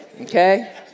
Okay